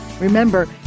Remember